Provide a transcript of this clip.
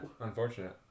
Unfortunate